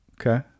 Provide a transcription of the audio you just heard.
okay